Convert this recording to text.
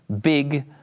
big